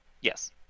Yes